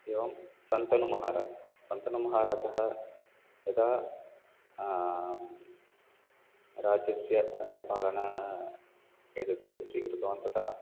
एवं शन्तनुः महाराजः शन्तनुः महाराजः यदा राज्यस्य पालनम् एतद् स्वीकृतवान् तदा